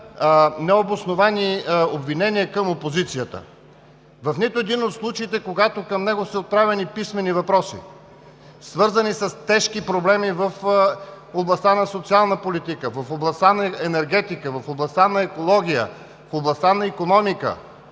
необосновани обвинения към опозицията. В нито един от случаите, когато към него са отправени писмени въпроси, свързани с тежки проблеми в областта на социалната политика, в областта на енергетиката, в областта на екологията, в областта на икономиката,